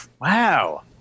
Wow